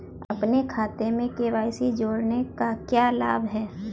अपने खाते में के.वाई.सी जोड़ने का क्या लाभ है?